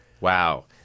Wow